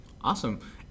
Awesome